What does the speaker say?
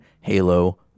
halo